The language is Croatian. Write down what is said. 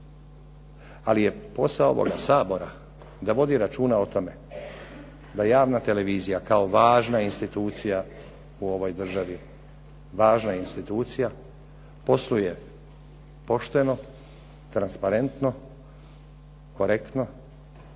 Ali je posao ovoga Sabora da vodi računa o tome da javna televizija, kao važna institucija u ovoj državi, važna institucija posluje pošteno, transparentno, korektno,